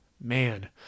man